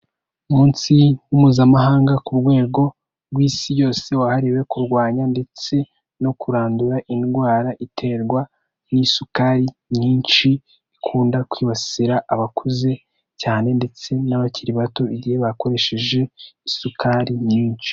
Umunsi mpuzamahanga ku rwego rw'Isi yose wahariwe kurwanya ndetse no kurandura indwara iterwa n'isukari nyinshi, ikunda kwibasira abakuze cyane ndetse n'abakiri bato igihe bakoresheje isukari nyinshi.